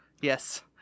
Yes